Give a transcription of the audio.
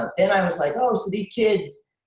then i was like, oh, so these kids,